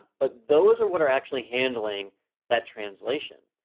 but those are what are actually handling that translation,